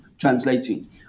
Translating